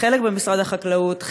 חלק במשרד החקלאות,